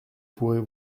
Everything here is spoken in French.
pourrez